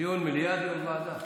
דיון במליאה, דיון בוועדה.